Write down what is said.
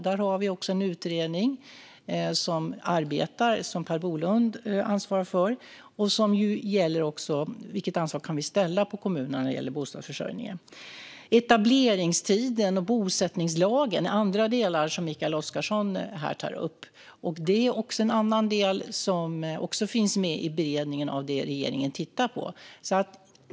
Just nu arbetar en utredning, som Per Bolund ansvarar för, som gäller vilket ansvar vi kan lägga på kommunerna när det gäller bostadsförsörjningen. Etableringstiden och bosättningslagen är andra delar, som Mikael Oscarsson här tar upp. Det finns också med i det som regeringen tittar på i sin beredning.